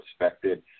respected